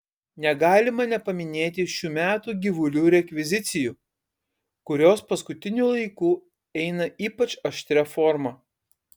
negalima nepaminėti šių metų gyvulių rekvizicijų kurios paskutiniu laiku eina ypač aštria forma